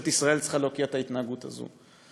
וממשלת ישראל צריכה להוקיע את ההתנהגות הזאת,